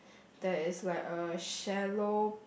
there is like a shallow